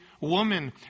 woman